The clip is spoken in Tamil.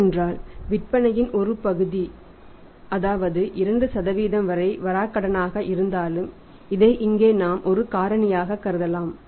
ஏனென்றால் விற்பனையின் ஒரு பகுதி அதாவது 2 வரை வராகடனாக இருந்தாலும் இதை இங்கே நாம் ஒரு காரணியாக கருதலாம்